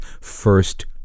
first